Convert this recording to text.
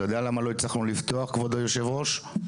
אתה יודע למה לא הצלחנו לפתוח כבוד יושב הראש?